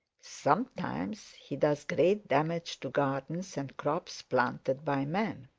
sometimes he does great damage to gardens and crops planted by man.